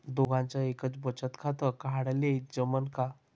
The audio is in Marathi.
दोघाच एकच बचत खातं काढाले जमनं का?